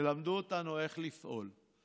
תלמדו אותנו איך לפעול,